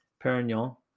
Perignon